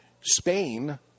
Spain